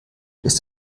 ist